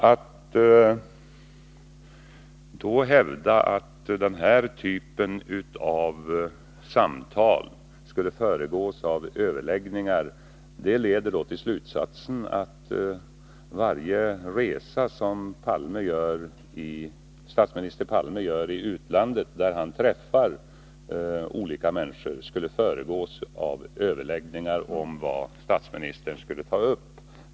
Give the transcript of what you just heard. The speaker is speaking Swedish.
Att hävda att den typen av samtal skall föregås av överläggningar leder till slutsatsen att varje resa som statsminister Olof Palme gör i utlandet för att träffa olika människor skall föregås av överläggningar om vad han skall ta upp till diskussion.